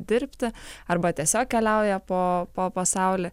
dirbti arba tiesiog keliauja po po pasaulį